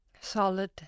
solid